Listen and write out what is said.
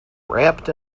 wrapped